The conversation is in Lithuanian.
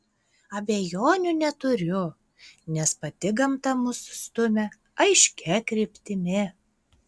abejonių neturiu nes pati gamta mus stumia aiškia kryptimi